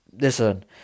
listen